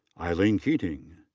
eileen keating.